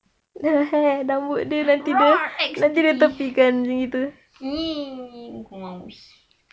raw eggs !ee! !ee!